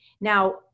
Now